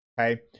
Okay